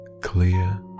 clear